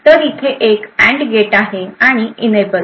तर येथे एक अँड गेट आहे आणि इनएबल